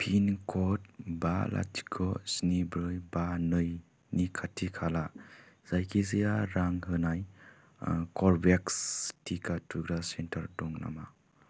pin code बा लाथिख' स्नि ब्रै बा नै नि खाथि खाला जायखिजाया रां होनाय कर्वेभेक्स टिका थुग्रा सेन्टार दङ नामा